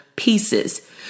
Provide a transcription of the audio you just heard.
pieces